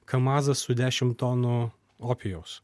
kamazas su dešimt tonų opijaus